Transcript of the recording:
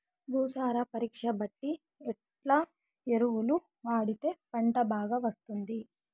భూసార పరీక్ష బట్టి ఎట్లా ఎరువులు వాడితే పంట బాగా వస్తుంది?